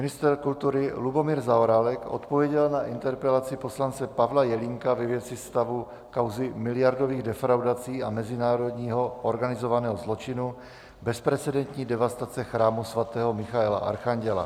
Ministr kultury Lubomír Zaorálek odpověděl na interpelaci poslance Pavla Jelínka ve věci stavu kauzy miliardových defraudací a mezinárodního organizovaného zločinu bezprecedentní devastace chrámu sv. Michaela Archanděla.